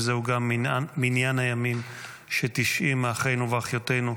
זהו גם מניין הימים ש-90 אחינו ואחיותינו,